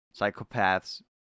Psychopaths